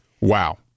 Wow